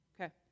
Okay